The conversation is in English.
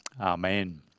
Amen